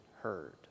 heard